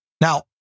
Now